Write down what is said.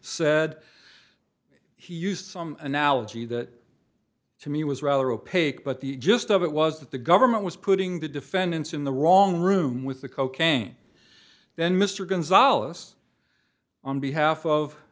said he used some analogy that to me was rather opaque but the gist of it was that the government was putting the defendants in the wrong room with the cocaine then mr gonzales on behalf of